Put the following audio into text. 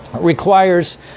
requires